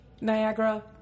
Niagara